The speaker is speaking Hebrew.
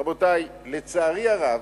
רבותי, לצערי הרב,